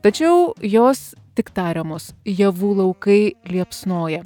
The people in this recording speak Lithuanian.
tačiau jos tik tariamos javų laukai liepsnoja